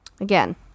Again